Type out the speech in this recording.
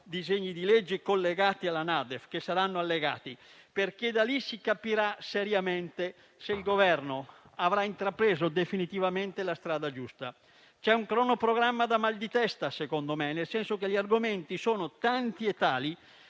disegni di legge collegati alla NADEF, che saranno allegati, perché da lì si capirà seriamente se il Governo avrà intrapreso definitivamente la strada giusta. C'è un cronoprogramma da mal di testa, secondo me, tanti e tali sono gli argomenti: diamo quindi il